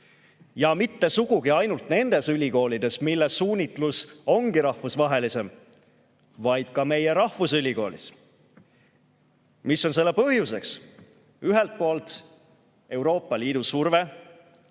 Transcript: ja mitte sugugi ainult nendes ülikoolides, mille suunitlus ongi rahvusvahelisem, vaid ka meie rahvusülikoolis. Mis on selle põhjuseks? Ühelt poolt Euroopa Liidu surve,